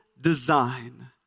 design